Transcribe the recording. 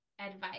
advice